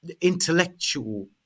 intellectual